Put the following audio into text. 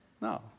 No